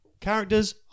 Characters